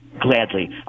Gladly